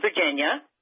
Virginia